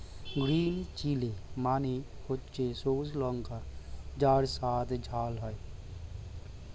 green chilli মানে হচ্ছে সবুজ লঙ্কা যার স্বাদ ঝাল হয়